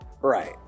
Right